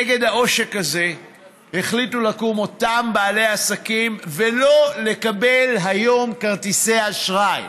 נגד העושק הזה החליטו לקום אותם בעלי עסקים ולא לקבל היום כרטיסי אשראי.